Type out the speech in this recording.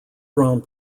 grand